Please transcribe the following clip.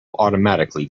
automatically